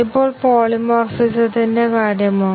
ഇപ്പോൾ പോളിമോർഫിസത്തിന്റെ കാര്യമോ